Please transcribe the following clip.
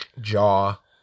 jaw